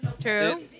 True